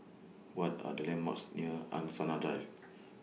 What Are The landmarks near Angsana Drive